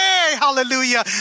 hallelujah